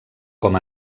com